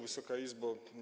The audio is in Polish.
Wysoka Izbo!